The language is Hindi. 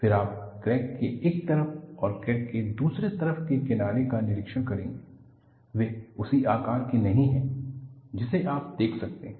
फिर आप क्रैक के एक तरफ और क्रैक के दूसरी तरफ के किनारे का निरीक्षण करेंगे वे उसी आकार के नहीं हैं जिसे आप देख सकते हैं